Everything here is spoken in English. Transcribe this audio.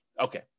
Okay